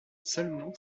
seulement